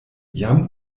jam